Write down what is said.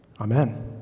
amen